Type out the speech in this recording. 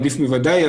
עדיף בוודאי,